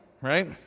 Right